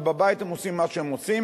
ובבית הם עושים מה שהם עושים,